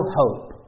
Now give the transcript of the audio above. hope